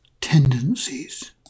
Tendencies